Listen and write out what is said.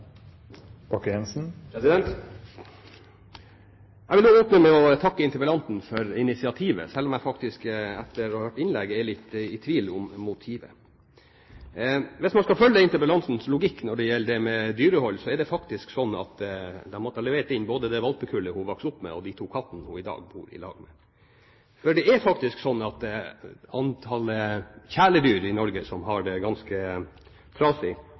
Jeg vil åpne med å takke interpellanten for initiativet, selv om jeg etter å ha hørt innlegget faktisk er litt i tvil om motivet. Hvis man skal følge interpellantens logikk når det gjelder dyrehold, er det faktisk slik at da måtte hun ha levert inn både det valpekullet hun vokste opp med, og de to kattene hun i dag bor i lag med. For det er slik at antallet kjæledyr i Norge som har det ganske